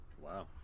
Wow